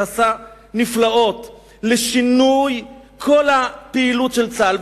שעשה נפלאות לשינוי כל הפעילות של צה"ל,